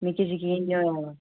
मिकी यकीन नी होएआ